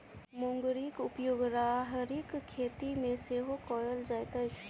मुंगरीक उपयोग राहरिक खेती मे सेहो कयल जाइत अछि